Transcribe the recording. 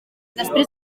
després